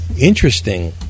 interesting